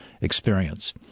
experience